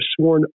sworn